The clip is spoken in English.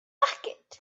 bucket